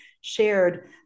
shared